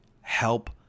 help